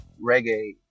reggae